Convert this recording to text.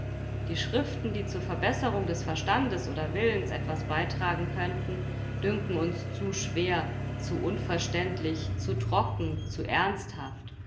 die schriften die zur verbesserung des verstandes oder willens etwas beitragen könnten dünken uns zu schwer zu unverständlich zu trocken zu ernsthaft